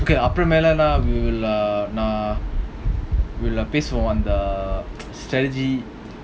okay அப்புறம்மேலநான்:apuram mela nan we'll uh பேசுவோம்அந்த:pesuvom andha we'll uh pace for on the strategy